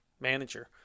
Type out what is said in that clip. manager